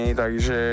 takže